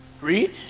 Read